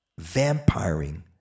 vampiring